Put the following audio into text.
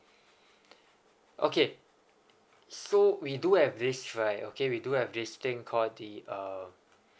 okay so we do have this right okay we do have this thing called the uh